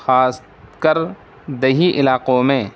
خاص کر دیہی علاقوں میں